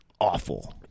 awful